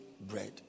bread